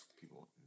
people